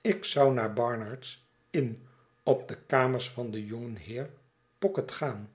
ik zou naar barnard's inn op de kamers van den jongen heer pocket gaan